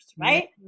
right